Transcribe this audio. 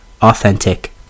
authentic